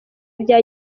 bya